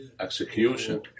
Execution